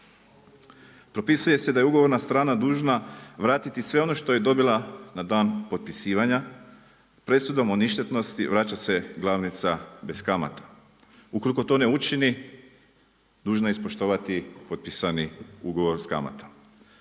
Propisuje se da je ugovorna strana dužna vratiti sve ono što je dobila na dan potpisivanja. Presudom o ništetnosti vraća se glavnica bez kamata. Ukoliko to ne učini dužna je ispoštovati potpisani ugovor sa kamatom.